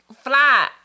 fly